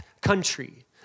country